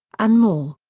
and more.